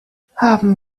haben